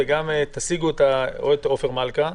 תשיגו אולי את עופר מלכה,